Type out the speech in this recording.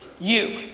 you,